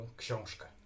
książkę